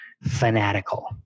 fanatical